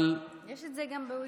אבל, יש גם בוויקיפדיה,